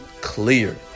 clear